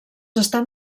estan